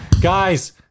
Guys